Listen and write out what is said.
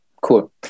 Cool